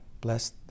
bless